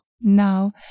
now